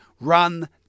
Run